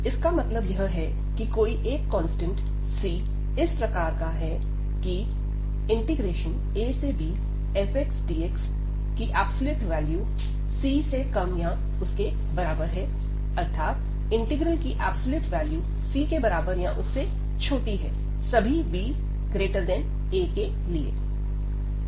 इसका मतलब यह है की कोई एक कांस्टेंट C इस प्रकार का है की abfxdx≤C अर्थात इंटीग्रल की एब्सलूट वैल्यू C के बराबर या उससे छोटी है सभी ba के लिए